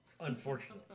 unfortunately